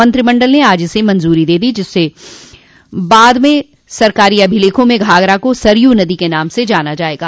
मंत्रिमंडल ने आज इसे मंजूरी दे दी जिसके बाद सरकारी अभिलेखों में घाघरा को सरयू नदी के नाम से जाना जायेगा